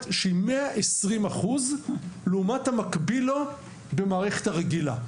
שהיא 120% לעומת המקביל לו במערכת הרגילה.